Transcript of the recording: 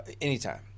anytime